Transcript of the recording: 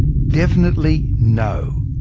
definitely no.